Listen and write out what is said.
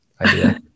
idea